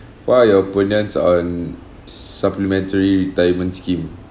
what are your opinions on supplementary retirement scheme